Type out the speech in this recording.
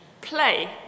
play